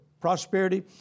prosperity